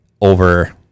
over